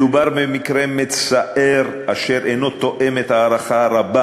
מדובר במקרה מצער אשר אינו תואם את ההערכה הרבה